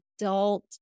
adult